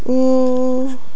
hmm